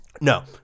No